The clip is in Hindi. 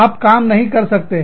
आप काम नहीं कर सकते हो